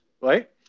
right